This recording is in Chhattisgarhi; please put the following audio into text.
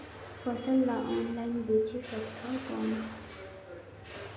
फसल ला ऑनलाइन बेचे सकथव कौन?